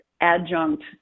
adjunct